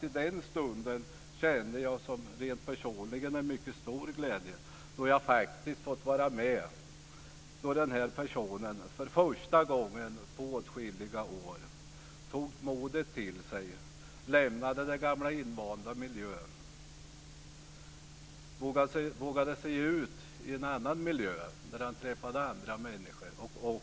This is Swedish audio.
I den stunden kände jag rent personligen en mycket stor glädje över att jag faktiskt fått vara med när den här personen för första gången på åtskilliga år tog modet till sig, lämnade den gamla invanda miljön och vågade sig ut i en annan miljö där han träffade andra människor.